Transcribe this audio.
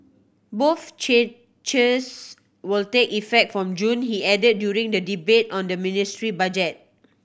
both changes will take effect from June he added during the debate on the ministry budget